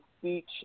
speech